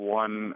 one